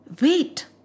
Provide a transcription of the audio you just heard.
wait